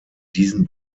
diesen